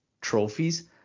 trophies